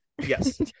Yes